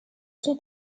son